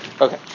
Okay